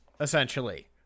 essentially